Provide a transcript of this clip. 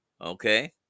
Okay